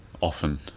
often